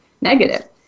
negative